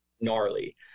gnarly